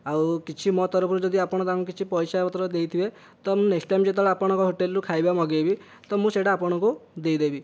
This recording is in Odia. ଆଉ କିଛି ମୋ ତରଫରୁ ଯଦି ଆପଣ ତାଙ୍କୁ କିଛି ପଇସା ପତ୍ର ଦେଇଥିବେ ତ ମୁଁ ନେକ୍ସଟ ଟାଇମ୍ ଯେତେବେଳେ ଆପଣଙ୍କ ହୋଟେଲରୁ ଖାଇବା ମଗାଇବି ତ ମୁଁ ସେହିଟା ଆପଣଙ୍କୁ ଦେଇଦେବି